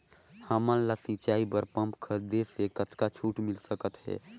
हमन ला सिंचाई बर पंप खरीदे से कतका छूट मिल सकत हे?